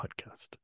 Podcast